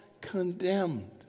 condemned